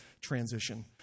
transition